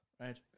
Right